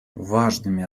важными